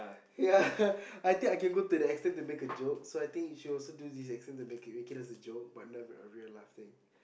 ya I think I can go to that extent to make a joke so I think you should also do this extent to make it as a joke but never a real life thing